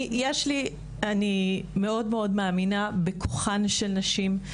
אני מאמינה מאוד בכוחן של נשים.